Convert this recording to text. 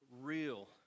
real